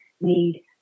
need